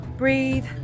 Breathe